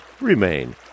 remain